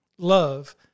Love